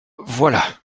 voilà